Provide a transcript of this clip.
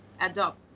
adopt